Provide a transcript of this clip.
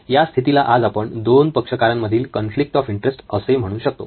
या स्थितीला आज आपण दोन पक्षकारांमधील कॉन्फ्लिक्ट ऑफ इंटरेस्ट असे म्हणू शकतो